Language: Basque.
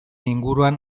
inguruan